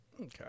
Okay